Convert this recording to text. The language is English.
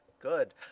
Good